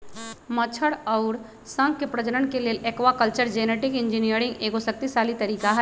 मछर अउर शंख के प्रजनन के लेल एक्वाकल्चर जेनेटिक इंजीनियरिंग एगो शक्तिशाली तरीका हई